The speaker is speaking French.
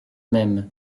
même